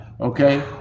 okay